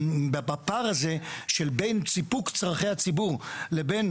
בפער הזה של בין סיפוק צרכי הציבור לבין